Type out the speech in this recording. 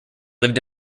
lived